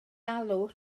alw